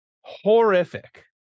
horrific